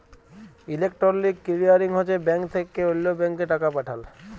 electronic clearing হছে bank থ্যাকে অল্য ব্যাংকে টাকা পাঠাল